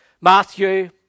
Matthew